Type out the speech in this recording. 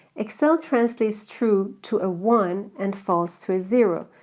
excel translates true to a one and false to a zero.